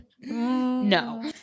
No